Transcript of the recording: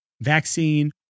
vaccine